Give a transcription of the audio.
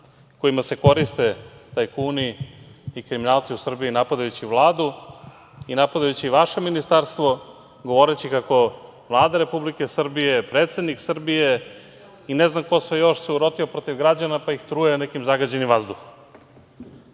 kojima se koriste tajkuni i kriminalci u Srbiji, napadajući Vladu i napadajući vaše Ministarstvo govoreći kako Vlada Republike Srbije, predsednik Srbije i ne znam ko sve još se urotio protiv građana, pa ih truje nekim zagađenim vazduhom. Pitam